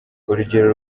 urugero